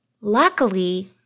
Luckily